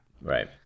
Right